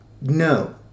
No